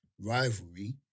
Rivalry